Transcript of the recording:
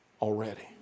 already